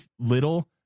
little